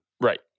Right